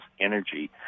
energy